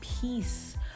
peace